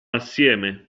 assieme